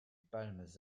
palmes